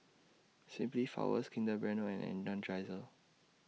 Simply Flowers Kinder Bueno and Energizer